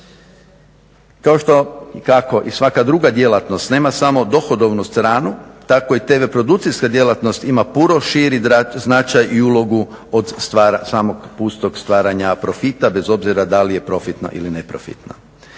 Kao što kako i svaka druga djelatnost nema samo dohodovnu stranu tako i tv produkcijska djelatnost ima puno širi značaj i ulogu od samog pustog stvaranja profita bez obzira da li je profitno ili neprofitno.